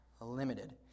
limited